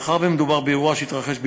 מאחר שמדובר באירוע שהתרחש בשבת,